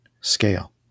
scale